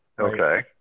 Okay